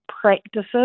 practices